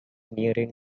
nearing